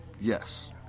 Yes